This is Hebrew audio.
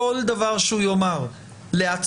כל דבר שהוא יאמר לעצמו,